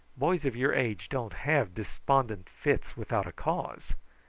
boys of your age don't have despondent fits without a cause.